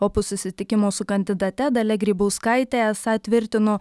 o po susitikimo su kandidate dalia grybauskaitė esą tvirtino